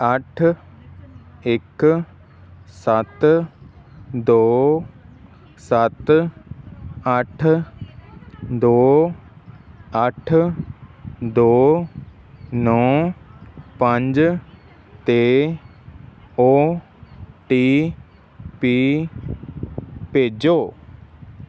ਅੱਠ ਇੱਕ ਸੱਤ ਦੋ ਸੱਤ ਅੱਠ ਦੋ ਅੱਠ ਦੋ ਨੌਂ ਪੰਜ 'ਤੇ ਓ ਟੀ ਪੀ ਭੇਜੋ